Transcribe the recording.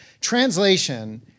translation